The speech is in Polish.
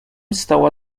stała